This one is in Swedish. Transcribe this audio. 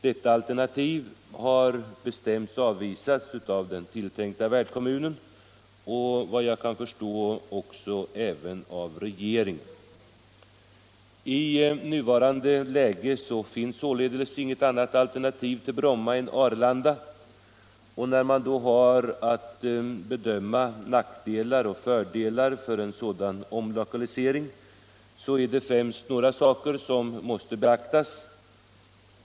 Detta alternativ har bestämt avvisats av den tilltänkta värdkommunen och, efter vad jag kan förstå, även av regeringen. I nuvarande läge finns således inget annat alternativ till Bromma än Arlanda. När man då har att bedöma nackdelar och fördelar med en omlokalisering, är det främst några faktorer som måste beaktas.